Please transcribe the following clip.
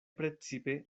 precipe